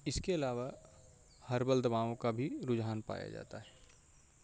اس کے علاوہ ہربل دوباؤں کا بھی رجحان پایا جاتا ہے